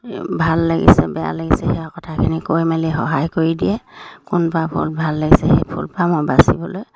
ভাল লাগিছে বেয়া লাগিছে সেয়া কথাখিনি কৈ মেলি সহায় কৰি দিয়ে কোনপাহ ফুল ভাল লাগিছে সেই ফুলপাহ মই বাচিবলৈ